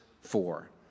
four